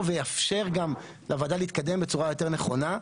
ויאפשר לוועדה להתקדם בצורה יותר נכונה.